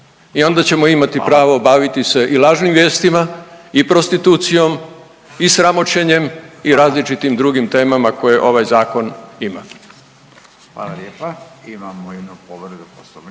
i onda ćemo imati pravo baviti se i lažnim vijestima i prostitucijom i sramoćenjem i različitim drugim temama koje ovaj zakon ima.